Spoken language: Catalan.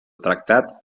tractat